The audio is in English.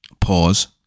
Pause